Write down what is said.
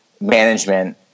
management